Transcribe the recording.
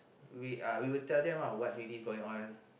we uh we will tell them ah what really going on